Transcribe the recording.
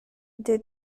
due